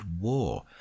war